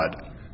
God